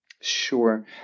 Sure